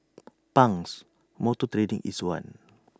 Pang's motor trading is one